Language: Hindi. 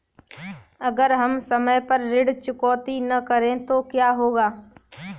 अगर हम समय पर ऋण चुकौती न करें तो क्या होगा?